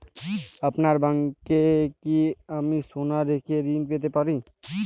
আপনার ব্যাংকে কি আমি সোনা রেখে ঋণ পেতে পারি?